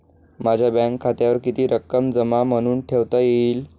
माझ्या बँक खात्यावर किती रक्कम जमा म्हणून ठेवता येईल?